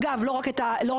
אגב לא רק את השלטון,